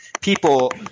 people